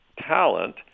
talent